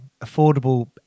affordable